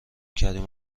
کریم